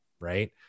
Right